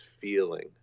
feeling